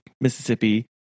Mississippi